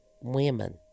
women